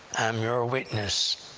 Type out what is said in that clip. i'm your witness,